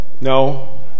No